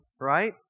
right